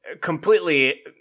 completely